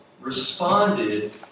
responded